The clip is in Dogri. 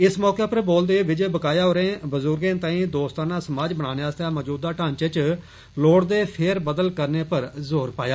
इस मौके पर बोलदे होई विजन बकाया होरे बजुर्गे दा दोस्ताना समाज बनाने आस्तै मौजूदा ढ़ांचें च लोड़दे फेर बदल करने पर जोर पाया